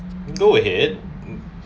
go ahead